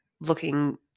looking